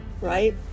right